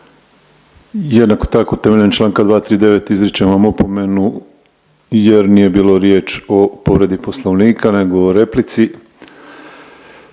Jednako tako temeljem čl. 239. izričem vam opomenu jer nije bilo riječ o povredi Poslovnika nego o replici.